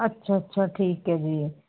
ਅੱਛਾ ਅੱਛਾ ਠੀਕ ਹੈ ਜੀ